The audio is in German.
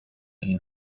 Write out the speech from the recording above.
ihn